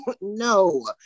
no